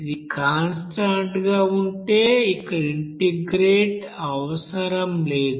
ఇది కాన్స్టాంట్ గా ఉంటే ఇక్కడ ఇంటెగ్రేట్ అవసరం లేదు